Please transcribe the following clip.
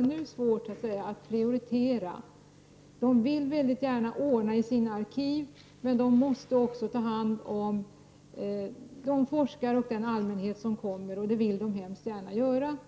Det är svårt för dem att prioritera. De vill väldigt gärna ordna i sina arkiv, samtidigt som de måste ta hand om de forskare och den allmänhet som kommer, vilket de väldigt gärna gör.